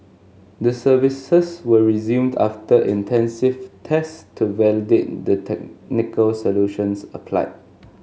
the services were resumed after intensive tests to validate the technical solutions applied